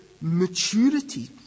maturity